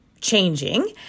changing